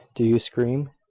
do you scream?